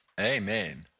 Amen